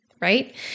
Right